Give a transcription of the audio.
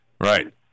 right